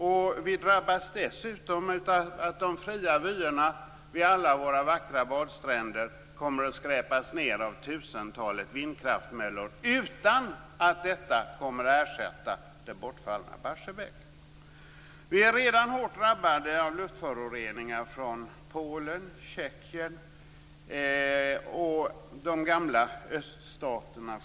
Dessutom drabbas vi av att de fria vyerna vid alla våra vackra badstränder skräpas ned av tusentalet vindkraftsmöllor - utan att detta kommer att ersätta det bortfallna Barsebäck! Vi är redan hårt drabbade av luftföroreningar från Polen och Tjeckien, ja, generellt från de gamla öststaterna.